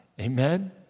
Amen